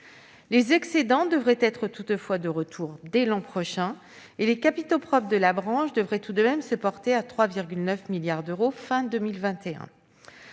Les excédents devraient être toutefois de retour dès l'an prochain, et les capitaux propres de la branche devraient tout de même se porter à 3,9 milliards d'euros, à